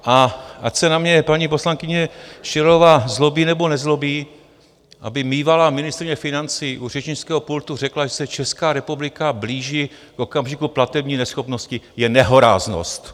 A ať se na mě paní poslankyně Schillerová zlobí, nebo nezlobí, aby bývalá ministryně financí u řečnického pultu řekla, že se Česká republika blíží k okamžiku platební neschopnosti, je nehoráznost.